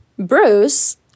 Bruce